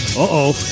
Uh-oh